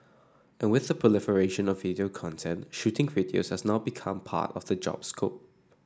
and with the proliferation of video content shooting videos has now become part of the job scope